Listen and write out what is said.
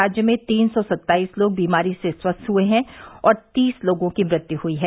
राज्य में तीन सौ सत्ताईस लोग बीमारी से स्वस्थ हुए हैं और तीस लोगों की मृत्यू हुई है